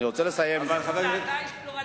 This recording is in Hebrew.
זה עדיין פלורליסטי.